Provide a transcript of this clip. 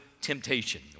temptation